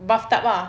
bathtub lah